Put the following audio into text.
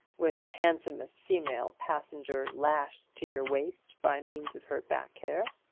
with the handsomest female passenger lashed to your waist by means of her back hair?